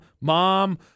mom